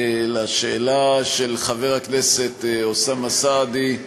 לשאלה של חבר הכנסת אוסאמה סעדי,